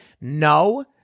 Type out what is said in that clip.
no